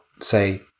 say